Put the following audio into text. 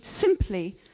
simply